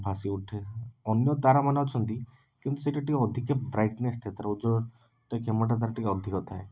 ଭାସି ଉଠେ ଅନ୍ୟ ତାରାମାନେ ଅଛନ୍ତି କିନ୍ତୁ ସେଇଟା ଟିକିଏ ଅଧିକା ବ୍ରାଇଟନେସ୍ ଥାଏ ତା' କ୍ଷମତା ତାର ଟିକିଏ ଅଧିକ ଥାଏ